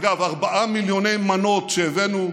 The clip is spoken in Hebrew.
אגב, ארבעה מיליוני מנות שהבאנו,